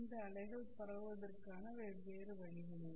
இந்த அலைகள் பரவுவதற்கான வெவ்வேறு வழிகள் இவை